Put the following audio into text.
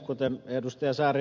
kuten ed